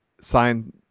sign